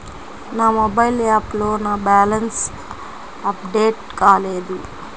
నా మొబైల్ యాప్లో నా బ్యాలెన్స్ అప్డేట్ కాలేదు